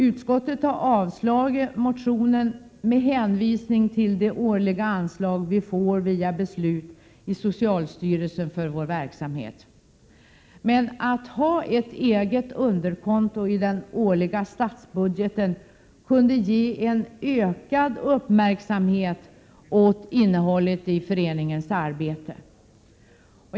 Utskottet har avslagit motionen med hänvisning till de årliga anslag som vi genom beslut i socialstyrelsen får för vår verksamhet. Men att ha ett eget underkonto i den årliga statsbudgeten kunde ge en ökad uppmärksamhet åt föreningens arbete.